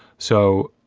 so